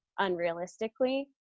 unrealistically